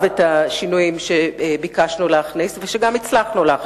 בסופו של יום הוכנסו לתוך